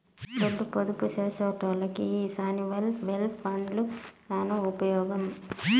దుడ్డు పొదుపు సేసెటోల్లకి ఈ సావరీన్ వెల్త్ ఫండ్లు సాన ఉపమోగం